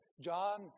John